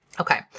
Okay